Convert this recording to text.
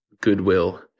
goodwill